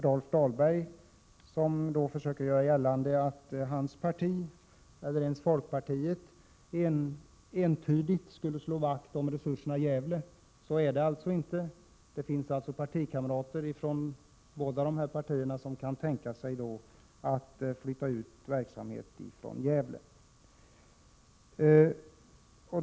Rolf Dahlberg har försökt göra gällande att hans parti och folkpartiet entydigt skulle slå vakt om resurserna i Gävle, men så är det alltså inte. Det finns kamrater från båda partierna som kan tänka sig att flytta ut verksamhet från Gävle.